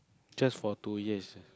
just for two years